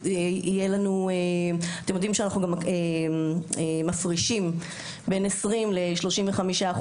אתם יודעים שאנחנו גם מפרישים בין 20% ל-35%,